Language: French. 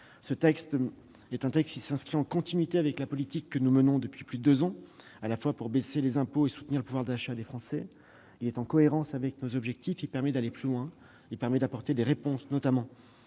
de financer. Ce texte s'inscrit dans la continuité de la politique que nous menons depuis plus de deux ans, à la fois pour baisser les impôts et pour soutenir le pouvoir d'achat des Français. Il est en cohérence avec nos objectifs. Il nous permet d'aller plus loin et d'apporter des réponses à la